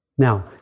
Now